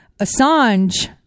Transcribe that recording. Assange